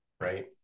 Right